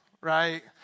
right